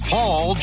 Paul